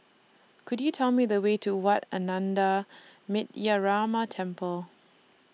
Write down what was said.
Could YOU Tell Me The Way to Wat Ananda Metyarama Temple